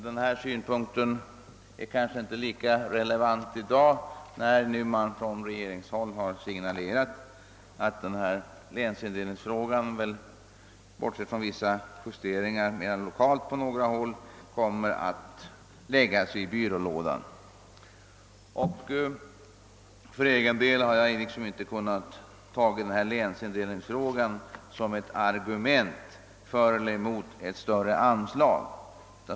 Men den synpunkten är kanske inte lika relevant i dag, eftersom regeringen nu har signalerat att länsindelningsfrågan, bortsett från vissa 10 kala justeringar, kommer att läggas på is. För egen del har jag inte kunnat ta länsindelningsfrågan som något argument för eller mot ett större anslag.